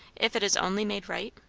if it is only made right?